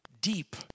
deep